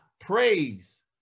praise